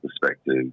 perspective